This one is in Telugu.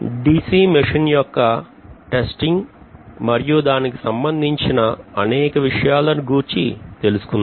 DC మెషిన్ యొక్క టెస్టింగ్ మరియు దానికి సంబంధించిన అనేక విషయాలను గూర్చి తెలుసుకుందాం